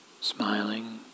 smiling